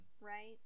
Right